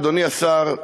אדוני השר,